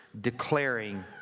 declaring